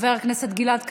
חבר הכנסת גלעד קריב,